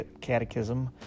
catechism